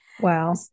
Wow